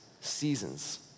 seasons